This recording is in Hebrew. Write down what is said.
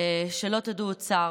שלא תדעו עוד צער.